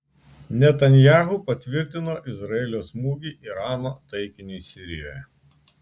netanyahu patvirtino izraelio smūgį irano taikiniui sirijoje